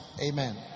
Amen